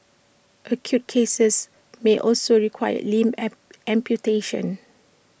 acute cases may also require limb amputations